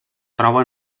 troba